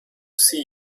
see